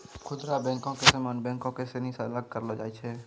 खुदरा बैको के सामान्य बैंको के श्रेणी से अलग करलो जाय छै